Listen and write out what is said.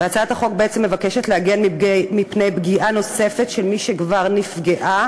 הצעת החוק בעצם מבקשת להגן מפני פגיעה נוספת במי שכבר נפגעה,